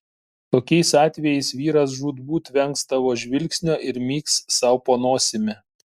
tokiais atvejais vyras žūtbūt vengs tavo žvilgsnio ir myks sau po nosimi